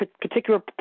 particular